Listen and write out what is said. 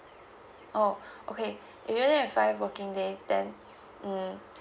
orh okay if you only have five working days then mm